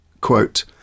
quote